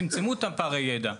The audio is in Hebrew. צמצמו את פערי הידע.